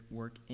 work